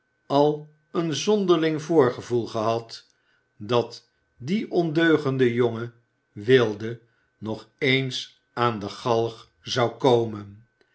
al een zonderling voorgevoel gehad dat die ondeugende jonge wilde nog eens aan de galg zou komen